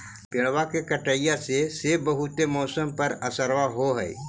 पेड़बा के कटईया से से बहुते मौसमा पर असरबा हो है?